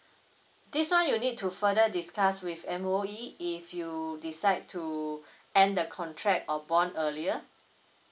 this one you need to further discuss with M_O_E if you decide to end the contract or bond earlier